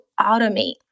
automate